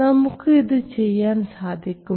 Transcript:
നമുക്ക് ഇത് ചെയ്യാൻ സാധിക്കുമോ